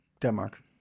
Denmark